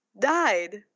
died